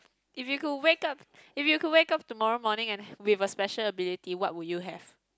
if you could wake up if you could wake up tomorrow morning and with a special ability what would you have